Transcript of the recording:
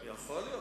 יכול להיות.